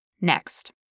Next